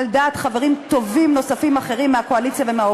על דעת חברים טובים נוספים אחרים מהקואליציה ומהאופוזיציה.